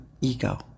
ego